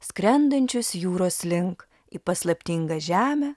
skrendančius jūros link į paslaptingą žemę